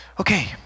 Okay